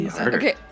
Okay